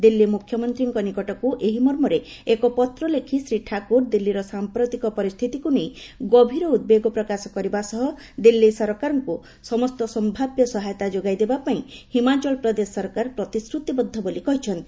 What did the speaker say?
ଦିଲ୍ଲୀ ମୁଖ୍ୟମନ୍ତ୍ରୀଙ୍କ ନିକଟକୁ ଏହି ମର୍ମରେ ଏକ ପତ୍ରଲେଖି ଶ୍ରୀ ଠାକୁର ଦିଲ୍ଲୀର ସାମ୍ପ୍ରତିକ ପରିସ୍ଥିତିକୁ ନେଇ ଗଭୀର ଉଦ୍ବେଗ ପ୍ରକାଶ କରିବା ସହ ଦିଲ୍ଲୀ ସରକାରଙ୍କୁ ସମସ୍ତ ସମ୍ଭାବ୍ୟ ସହାୟତା ଯୋଗାଇ ଦେବା ପାଇଁ ହିମାଚଳ ପ୍ରଦେଶ ସରକାର ପ୍ରତିଶ୍ରତିବଦ୍ଧ ବୋଲି କହିଛନ୍ତି